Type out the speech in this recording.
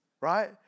right